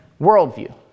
worldview